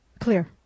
Clear